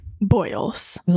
Boils